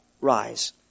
rise